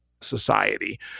society